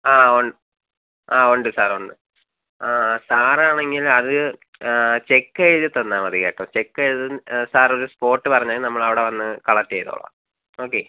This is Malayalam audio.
ആ ഒൺ ആ ഉണ്ട് സാർ ഉണ്ട് ആ ആ സാർ ആണെങ്കിൽ അത് ചെക്ക് എഴുതിത്തന്നാൽ മതി കേട്ടോ ചെക്ക് എഴുതുൻ സാർ ഒരു സ്പോട്ട് പറഞ്ഞാൽ മതി നമ്മൾ അവിടെ വന്ന് കളക്റ്റ് ചെയ്തോളാം ഓക്കെ